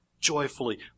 joyfully